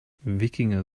wikinger